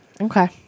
Okay